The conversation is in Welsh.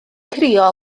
crio